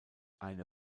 eine